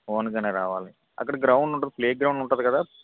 own గానే రావాలి అక్కడ గ్రౌండ్ ఉంటుంది ప్లే గ్రౌండ్ ఉంటుంది కదా